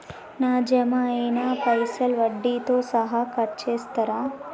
నా జమ అయినా పైసల్ వడ్డీతో సహా కట్ చేస్తరా?